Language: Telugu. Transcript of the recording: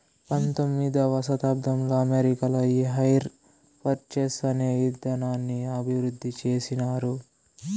పంతొమ్మిదవ శతాబ్దంలో అమెరికాలో ఈ హైర్ పర్చేస్ అనే ఇదానాన్ని అభివృద్ధి చేసినారు